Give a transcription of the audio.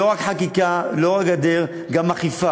לא רק חקיקה, לא רק גדר, גם אכיפה,